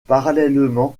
parallèlement